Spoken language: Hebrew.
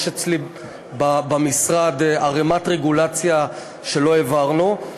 יש אצלי במשרד ערמת רגולציה שלא העברנו.